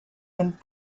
and